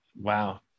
Wow